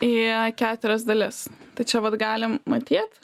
į a keturias dalis tai čia vat galim matyt